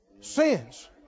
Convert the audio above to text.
sins